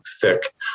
thick